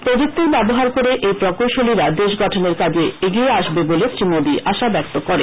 প্রযুক্তির ব্যবহার করে এই প্রকৌশলীরা দেশ গঠনের কাজে এগিয়ে আসবে বলে শ্রী মোদী আশা ব্যক্ত করেন